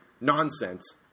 Nonsense